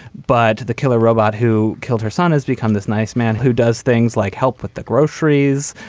but the killer robot who killed her son has become this nice man who does things like help with the groceries.